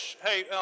Hey